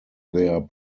their